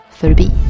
förbi